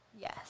Yes